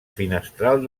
finestral